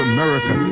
America